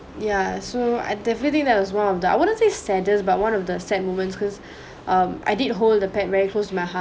ya so I definitely that was one of the I wouldn't say sadness but one of the sad moments because um I did hold the pet very close to my heart